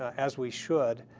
as we should,